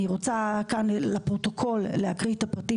אני רוצה כאן לפרוטוקול להקריא את הפרטים